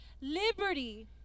Liberty